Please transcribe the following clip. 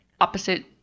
opposite